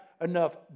enough